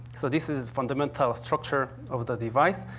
so, this is the fundamental structure of the device.